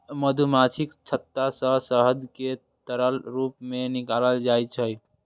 मधुमाछीक छत्ता सं शहद कें तरल रूप मे निकालल जाइ छै